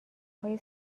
پای